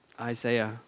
Isaiah